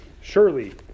Surely